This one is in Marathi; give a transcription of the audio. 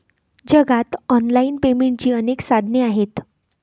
जगात ऑनलाइन पेमेंटची अनेक साधने आहेत